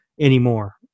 anymore